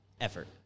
effort